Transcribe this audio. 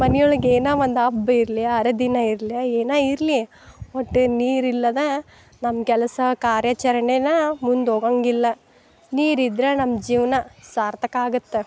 ಮನೆ ಒಳಗೆ ಏನು ಒಂದು ಅಬ್ ಇರ್ಲಿಯ ಅರೆದಿನ ಇರ್ಲಿಯ ಏನು ಇರಲಿ ಒಟ್ಟು ನೀರಿಲ್ಲದ ನಮ್ಮ ಕೆಲಸ ಕಾರ್ಯಾಚರಣೆನ ಮುಂದು ಹೋಗಂಗಿಲ್ಲ ನೀರಿದ್ರೆ ನಮ್ಮ ಜೀವನ ಸಾರ್ಥಕ ಆಗುತ್ತೆ